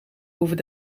over